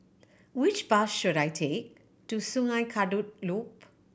which bus should I take to Sungei Kadut Loop